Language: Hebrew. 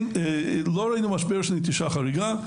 לא ראינו משבר של נטישה חריגה,